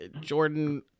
Jordan